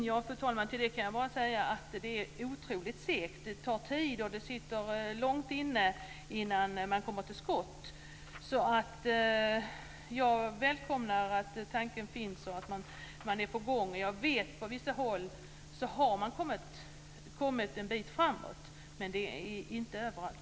Fru talman! Om detta kan jag bara säga att det är otroligt segt. Det tar tid och det sitter långt inne innan man kommer till skott. Jag välkomnar att tanken finns och att man är på gång. Jag vet att man på vissa håll har kommit en bit framåt, men inte överallt.